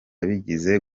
abagize